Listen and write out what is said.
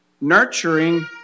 nurturing